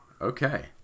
Okay